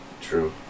True